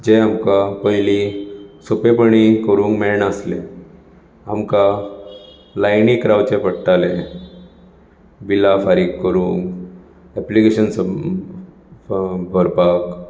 जें आमकां पयलीं सोपेपणीं करूंक मेळनाशिल्लें आमकां लायनीक रावचें पडटालें बिलां फारीक करूंक एप्लिकेशन सब भरपाक